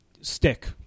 stick